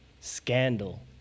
scandal